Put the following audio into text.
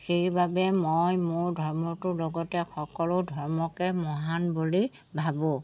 সেইবাবে মই মোৰ ধৰ্মটোৰ লগতে সকলো ধৰ্মকে মহান বুলি ভাবোঁ